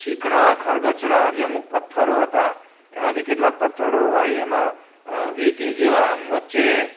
ચીકણા ખરબચડા જે અમુક પથ્થરો હતા એમાંથી કેટલાક પથ્થરો હોય એમાં વીંટી જેવા આમ વચ્ચે